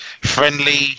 friendly